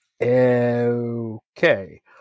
Okay